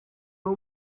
uwo